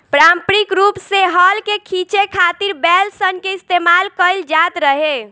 पारम्परिक रूप से हल के खीचे खातिर बैल सन के इस्तेमाल कईल जाट रहे